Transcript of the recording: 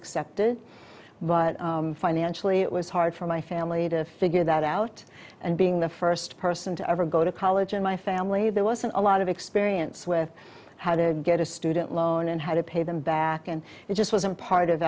accepted but financially it was hard for my family to figure that out and being the first person to ever go to college in my family there wasn't a lot of experience with how to get a student loan and how to pay them back and it just wasn't part of